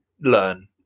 learn